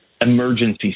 emergency